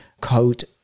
code